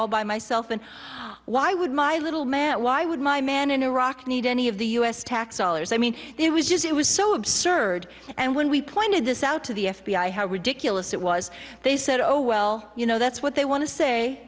all by myself and why would my little man why would my man in iraq need any of the u s tax dollars i mean it was just it was so absurd and when we pointed this out to the f b i how ridiculous it was they said oh well you know that's what they want to say